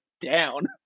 down